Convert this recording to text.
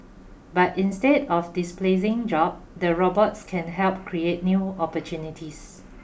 but instead of displacing job the robots can help create new opportunities